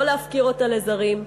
לא להפקיר אותה לזרים.